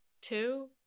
Two